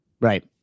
Right